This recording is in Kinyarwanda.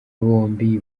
bombi